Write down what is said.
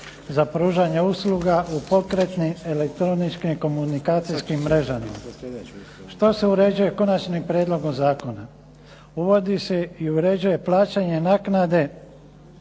za pružanje usluga u pokretnim elektroničkim komunikacijskim mrežama. Što se uređuje konačnim prijedlogom zakona? uvodi se i uređuje plaćanje naknade